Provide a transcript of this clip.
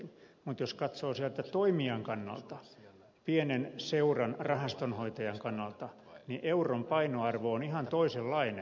mutta jos katsoo sieltä toimijan kannalta pienen seuran rahastonhoitajan kannalta niin euron painoarvo on ihan toisenlainen